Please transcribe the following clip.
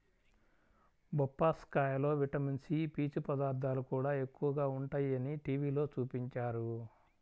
బొప్పాస్కాయలో vitamin C, పీచు పదార్థాలు కూడా ఎక్కువగా ఉంటయ్యని టీవీలో చూపించారు